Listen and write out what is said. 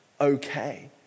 okay